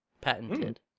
patented